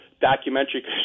documentary